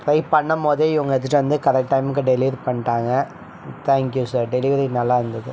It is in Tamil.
ட்ரை பண்ணும்போதே இவங்க எடுத்துகிட்டு வந்து கரெக்ட் டைமுக்கு டெலிவரி பண்ணிட்டாங்க தேங்க் யூ சார் டெலிவரி நல்லா இருந்தது